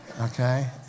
Okay